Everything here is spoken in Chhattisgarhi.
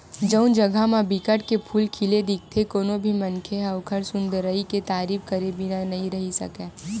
जउन जघा म बिकट के फूल खिले दिखथे कोनो भी मनखे ह ओखर सुंदरई के तारीफ करे बिना नइ रहें सकय